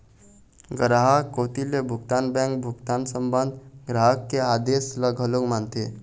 गराहक कोती ले भुगतान बेंक भुगतान संबंध ग्राहक के आदेस ल घलोक मानथे